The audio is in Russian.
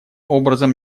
образом